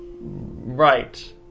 Right